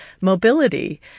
mobility